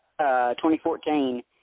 2014